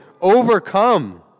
overcome